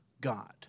God